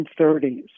1930s